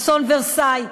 אסון "אולמי ורסאי",